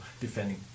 defending